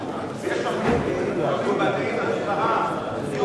ויש דברים עם השפעה יותר